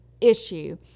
issue